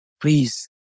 please